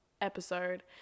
episode